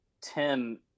Tim